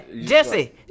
Jesse